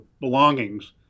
belongings